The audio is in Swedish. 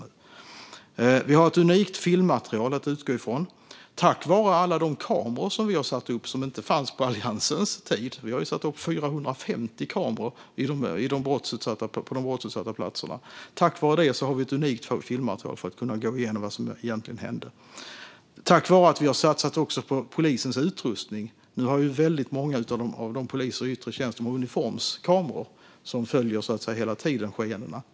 Vi har nu ett unikt filmmaterial att utgå från tack vare alla de kameror vi har satt upp och som inte fanns på Alliansens tid. Vi har ju satt upp 450 kameror på de brottsutsatta platserna. Detta unika filmmaterial ger oss en möjlighet att gå igenom vad som egentligen hände. Vi har också satsat på polisens utrustning, och många poliser i yttre tjänst har numera uniformskameror som hela tiden följer skeendena.